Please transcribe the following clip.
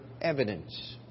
evidence